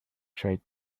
tried